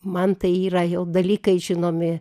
man tai yra jau dalykai žinomi